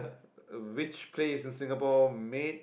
uh which place in Singapore made